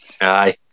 Aye